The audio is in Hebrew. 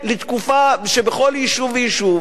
שבכל יישוב ויישוב